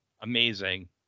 amazing